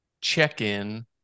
check-in